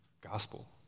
gospel